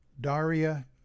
Daria